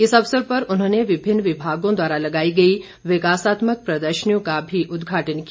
इस अवसर पर उन्होंने विभिन्न विभागों द्वारा लगाई गई विकासात्मक प्रदर्शनियों का भी उदघाटन किया